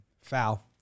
Foul